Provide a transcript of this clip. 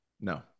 No